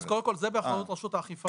אז קודם כל זה באחריות רשות האכיפה.